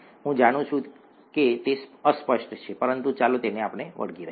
હું જાણું છું કે તે અસ્પષ્ટ છે પરંતુ ચાલો તેને વળગી રહીએ